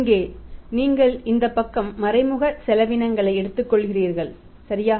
இங்கே நீங்கள் இந்த பக்கம் மறைமுக செலவினங்களை எடுத்துக்கொள்கிறீர்கள் சரியா